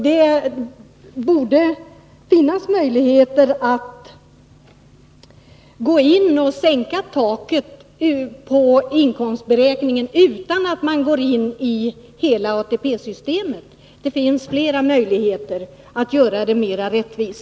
Det borde finnas möjligheter att sänka — Nr 51 taket på inkomstberäkningen utan att man ändrar i ATP-systemet. Det finns Onsdagen den flera möjligheter att göra systemet mer rättvist.